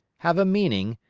have a meaning,